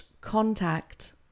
contact